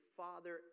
father